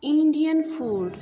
Indian food